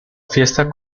fiesta